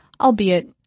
albeit